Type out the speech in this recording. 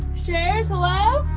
shares, hello?